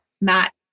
Matt